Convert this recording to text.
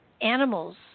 animals